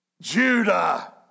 Judah